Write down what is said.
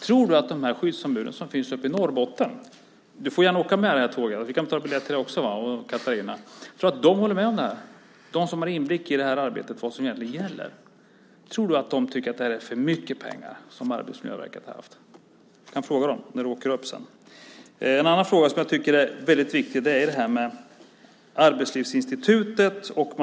Tror du att skyddsombuden i Norrbotten håller med om detta? De har inblick i arbetet och vet vad som gäller. Tror du att de tycker att Arbetsmiljöverket har haft för mycket pengar? Du kan fråga dem när du åker upp dit. En annan fråga som är viktig gäller Arbetslivsinstitutet.